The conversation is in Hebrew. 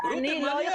את הטקסטים?